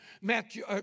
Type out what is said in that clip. Matthew